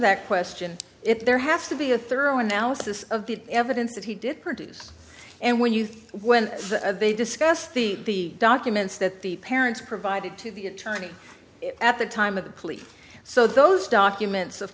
that question if there has to be a thorough analysis of the evidence that he did produce and when you when they discussed the documents that the parents provided to the attorney at the time of the plea so those documents of